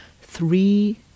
Three